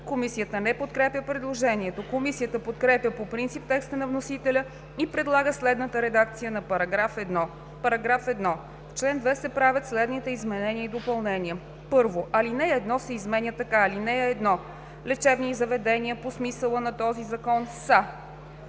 Комисията не подкрепя предложението. Комисията подкрепя по принцип текста на вносителя и предлага следната редакция на § 1: „§ 1. В чл. 2 се правят следните изменения и допълнения: 1. Алинея 1 се изменя така: „(1) Лечебни заведения по смисъла на този закон са: